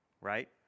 right